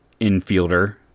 infielder